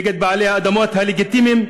נגד בעלי האדמות הלגיטימיים,